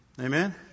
Amen